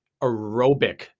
aerobic